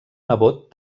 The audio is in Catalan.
nebot